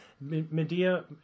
Medea